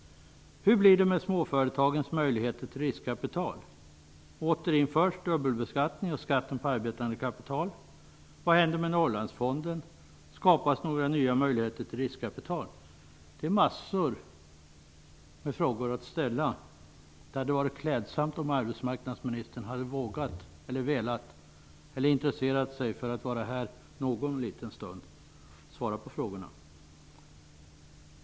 Norrlandsfonden? Skapas några nya möjligheter till riskkapital? Jag har massor med frågor att ställa. Det hade varit klädsamt om arbetsmarknadsministern hade vågat, velat och intresserat sig för att vara här någon liten stund för att svara på frågorna.